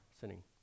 sinning